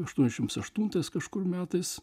aštuoniasdešims aštuntais kažkur metais